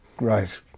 Right